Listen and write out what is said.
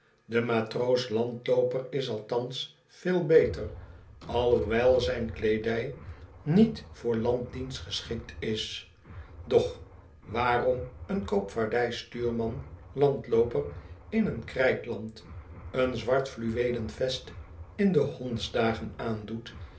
de matroos landlooper is althans veel beter alhoewel zt n kleedij niet voor landdienst geschikt is doch waarom een koopvaardijstuurman landlooper in een krijtland een zwart fluweelen vest in de hondsdagen aandoet